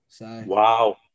Wow